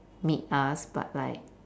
meet us but like